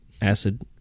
acid